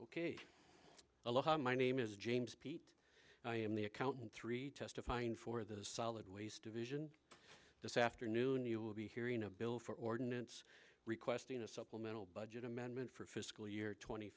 aloha my name is james pete i am the accountant three testifying for the solid waste division this afternoon you will be hearing a bill for ordinance requesting a supplemental budget amendment for fiscal year tw